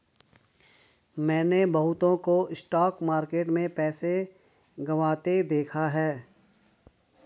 मैंने बहुतों को स्टॉक मार्केट में पैसा गंवाते देखा हैं